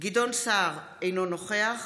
גדעון סער, אינו נוכח